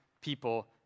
people